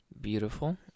Beautiful